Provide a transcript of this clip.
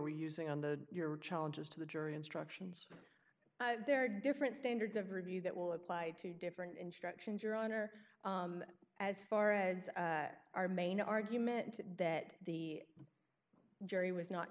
were using on the your challenges to the jury instructions there are different standards of review that will apply to different instructions your honor as far as our main argument that the jury was not